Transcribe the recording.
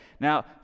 Now